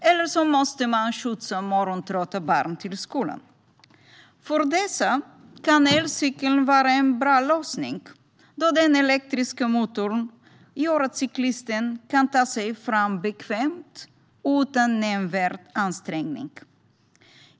Andra måste skjutsa morgontrötta barn till skolan. För dessa grupper kan elcykeln vara en bra lösning, då den elektriska motorn gör att cyklisten kan ta sig fram bekvämt och utan nämnvärd ansträngning.